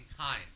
time